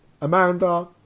Amanda